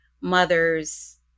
mother's